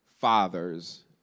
Fathers